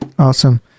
Awesome